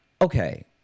Okay